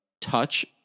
touch